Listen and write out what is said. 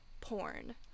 porn